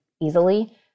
easily